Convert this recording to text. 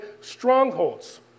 strongholds